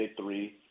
three